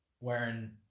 wearing